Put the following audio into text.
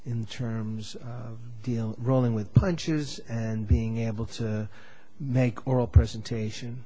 in terms of deal rolling with punches and being able to make oral presentation